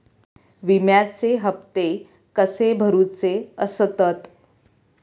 विम्याचे हप्ते कसे भरुचे असतत?